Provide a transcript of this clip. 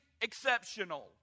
exceptional